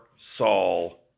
Saul